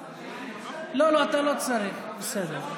לא, לא, אתה לא צריך, בסדר.